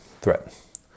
threat